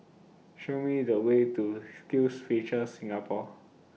Show Me The Way to SkillsFuture Singapore